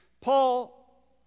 Paul